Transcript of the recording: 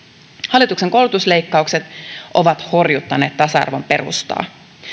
hallituksen koulutusleikkaukset ovat horjuttaneet tasa arvon perustaa